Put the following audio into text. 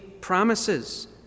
promises